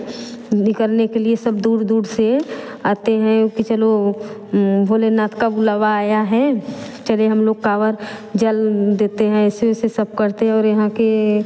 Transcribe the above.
निकलने के लिए सब दूर दूर से आते है कि चलो भोलेनाथ का बुलावा आया है चले हम लोग कांवर जल देते हैं शिव से सब करते हैं और यहाँ के